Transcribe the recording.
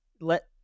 let